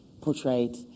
portrayed